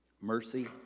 mercy